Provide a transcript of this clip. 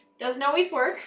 doesn't always work,